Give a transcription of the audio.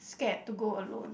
scared to go alone